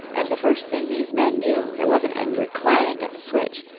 and the first thing these men knew, there was an angry clang at the switch,